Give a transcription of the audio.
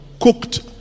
cooked